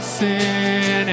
sin